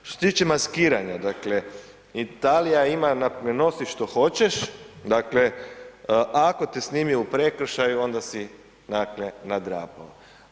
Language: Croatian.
Što se tiče maskiranja, dakle Italija ima nosi što hoćeš, dakle ako te snimi u prekršaju onda si dakle nadrapao.